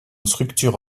structure